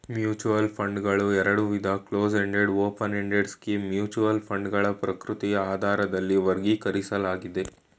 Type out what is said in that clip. mutual ಫಂಡ್ಗಳು ಎರಡುವಿಧ close ended open ended scheme mutual ಫಂಡ್ಗಳ ಪ್ರಕೃತಿಯ ಆಧಾರದಲ್ಲಿ ವರ್ಗೀಕರಿಸಲಾಗಿದೆ